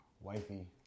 wifey